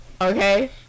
okay